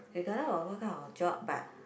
regardless of what kind of job but